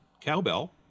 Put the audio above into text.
cowbell